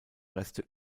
reste